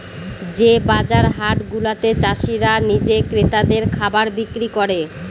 যে বাজার হাট গুলাতে চাষীরা নিজে ক্রেতাদের খাবার বিক্রি করে